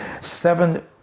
seven